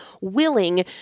willing